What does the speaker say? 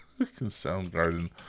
Soundgarden